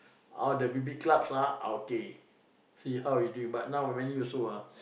all the big big clubs lah okay see how they doing but now many also ah